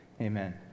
Amen